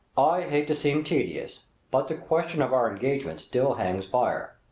i hate to seem tedious but the question of our engagement still hangs fire.